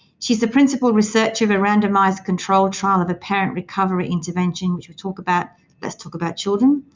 she's a principal researcher of a randomised controlled trial of apparent recovery intervention, which will talk about let's talk about children.